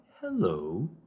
Hello